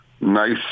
nice